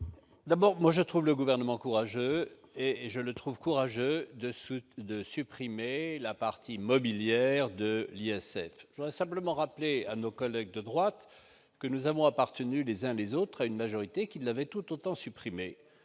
d'abord, que je trouve le Gouvernement courageux de supprimer la partie mobilière de l'ISF. Je voudrais simplement rappeler à nos collègues de droite que nous avons appartenu, les uns et les autres, à une majorité qui l'avait tout autant supprimée.